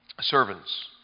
Servants